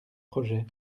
projets